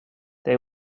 they